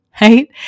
right